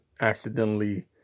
accidentally